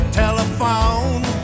telephone